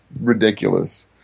ridiculous